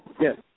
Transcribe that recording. Yes